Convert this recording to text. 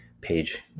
page